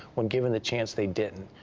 when given the chance, they didn't.